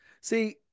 see